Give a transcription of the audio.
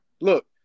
Look